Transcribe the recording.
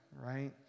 right